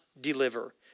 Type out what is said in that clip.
deliver